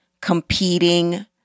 competing